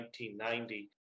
1990